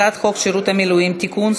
הצעת חוק שירות המילואים (תיקון,